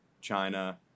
China